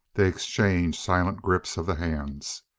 they exchanged silent grips of the hands.